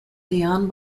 liane